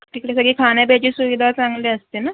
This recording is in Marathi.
तिकडे सगळी खाण्यापिण्याची सुविधा चांगली असते ना